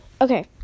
Okay